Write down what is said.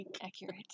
accurate